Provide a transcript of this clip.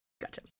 Gotcha